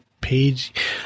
page